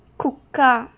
కుక్క